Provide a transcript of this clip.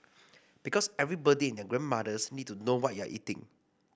because everybody and their grandmothers need to know what you're eating